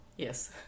Yes